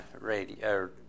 radio